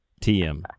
TM